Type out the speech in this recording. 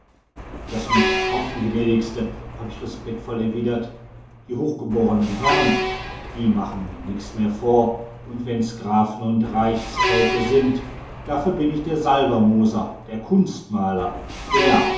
das möcht ich hoffen gnädigste hab ich respektvoll erwidert die hochgeborenen herren die machen mir nix mehr vor und wenn's grafen und reichsräte sind dafür bin ich der salvermoser der kunstmaler der